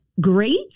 great